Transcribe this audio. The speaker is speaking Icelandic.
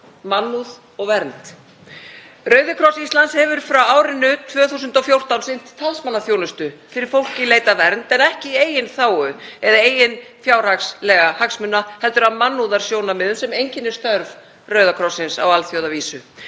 Rauði krossinn á Íslandi hefur frá árinu 2014 sinnt talsmannaþjónustu fyrir fólk í leit að vernd, en ekki í eigin þágu eða eigin fjárhagslegra hagsmuna heldur af mannúðarsjónarmiðum sem einkenna störf Rauða krossins á alþjóðavísu.